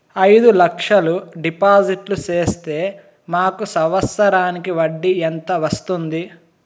అయిదు లక్షలు డిపాజిట్లు సేస్తే మాకు సంవత్సరానికి వడ్డీ ఎంత వస్తుంది?